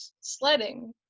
sledding